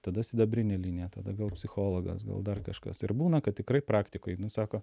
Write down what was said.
tada sidabrinė linija tada gal psichologas gal dar kažkas ir būna kad tikrai praktikoj nu sako